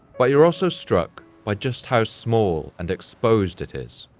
but you're also struck by just how small and exposed it is,